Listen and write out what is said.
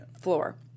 floor